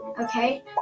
Okay